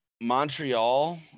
Montreal